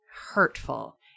hurtful